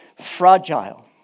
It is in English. fragile